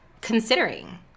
considering